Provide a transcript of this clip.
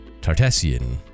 Tartessian